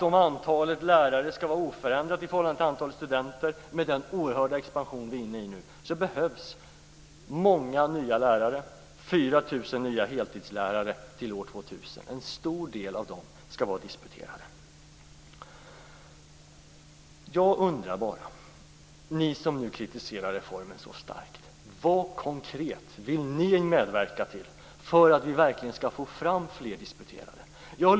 Om antalet lärare skall vara oförändrat i förhållande till antalet studenter behövs, med den oerhörda expansion vi är inne i nu, många nya lärare, 4 000 nya heltidslärare till år 2000. En stor del av dem skall vara disputerade. Ni som nu kritiserar reformen så starkt: Vad konkret vill ni medverka till för att vi skall få fram fler disputerade?